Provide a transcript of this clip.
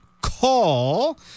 call